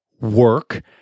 work